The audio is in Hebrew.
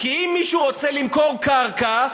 כי אם מישהו רוצה למכור קרקע,